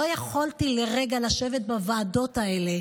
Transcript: לא יכולתי לרגע לשבת בוועדות האלה,